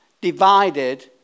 divided